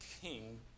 king